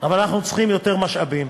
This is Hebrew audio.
אבל אנחנו צריכים יותר משאבים,